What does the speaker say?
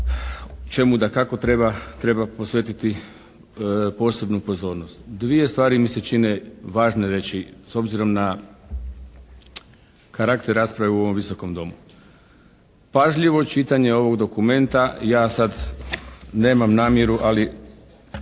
čemu dakako treba posvetiti posebnu pozornost. Dvije stvari mi se čine važne reći s obzirom na karakter rasprave u ovom Visokom domu. Pažljivo čitanje ovog dokumenta ja sad nemam namjeru, ali